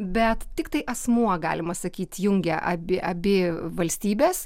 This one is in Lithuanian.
bet tiktai asmuo galima sakyt jungia abi abi valstybes